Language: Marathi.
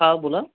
हां बोला